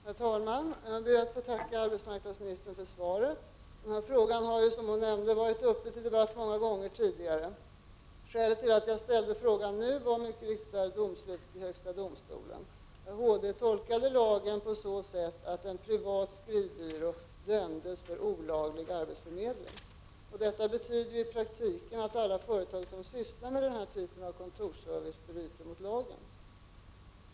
Herr talman! Jag ber att få tacka arbetsmarknadsministern för svaret. Denna fråga har, som arbetsmarknadsministern nämnde, varit uppe till debatt många gånger tidigare. Skälet till att jag ställde den nu var mycket riktigt domslutet i högsta domstolen, som tolkade lagen på så sätt att en privat skrivbyrå dömdes för olaglig arbetsförmedling. Detta betyder i praktiken att alla företag som sysslar med den här typen av kontorsservice bryter mot lagen.